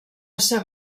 ser